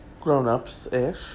grown-ups-ish